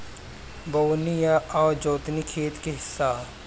बोअनी आ जोतनी खेती के हिस्सा ह